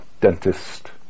dentist